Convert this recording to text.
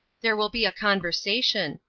there will be a conversation.